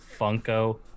Funko